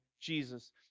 Jesus